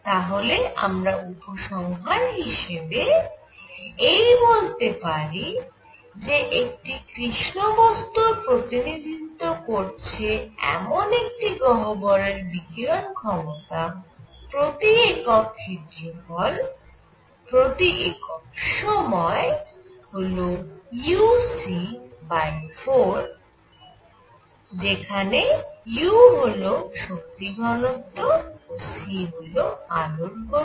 তাহলে আমরা উপসংহার হিসেবে এই বলতে পারি যে একটি কৃষ্ণ বস্তুর প্রতিনিধিত্ব করছে এমন একটি গহ্বরের বিকিরণ ক্ষমতা প্রতি একক ক্ষেত্রফল প্রতি একক সময় হল u c বাই 4 যেখানে u হল শক্তি ঘনত্ব ও c হল আলোর গতি